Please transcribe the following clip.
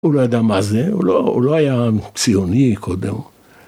‫הוא לא ידע מה זה, ‫הוא לא היה ציוני קודם.